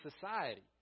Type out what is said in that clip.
society